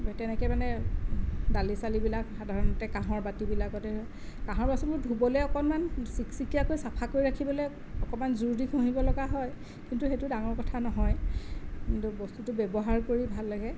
তেনেকে মানে দালি চালিবিলাক সাধাৰণতে কাঁহৰ বাতিবিলাকতে কাঁহৰ বাচনবোৰ ধুবলৈ অকমান চিক্চিকিয়াকৈ চাফাকৈ ৰাখিবলে অকণমান জোৰদি ঘঁহিবলগীয়া হয় কিন্তু সেইটো ডাঙৰ কথা নহয় কিন্তু বস্তুটো ব্যৱহাৰ কৰি ভাল লাগে